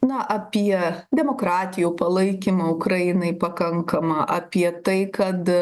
na apie demokratijų palaikymą ukrainai pakankamą apie tai kad